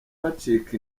bacika